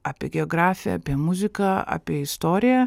apie geografiją apie muziką apie istoriją